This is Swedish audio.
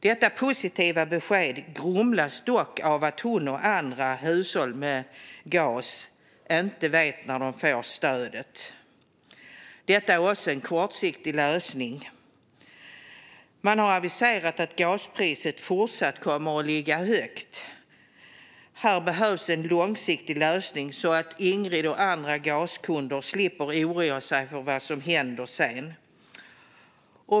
Detta positiva besked grumlades dock av att hon och andra hushåll med gas inte vet när de får stödet. Det är också en kortsiktig lösning. Det har aviserats att gaspriset kommer att fortsätta att ligga högt. Här behövs en långsiktig lösning så att Ingrid och andra gaskunder slipper oroa sig för vad som händer sedan.